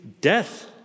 death